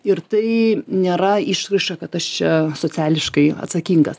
ir tai nėra išraiška kad aš čia sociališkai atsakingas